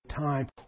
time